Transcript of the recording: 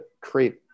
create